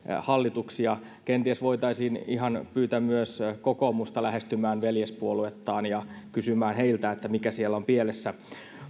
hallituksen ja kenties voitaisiin ihan pyytää myös kokoomusta lähestymään veljespuoluettaan ja kysymään heiltä mikä siellä on pielessä